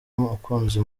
umukunzi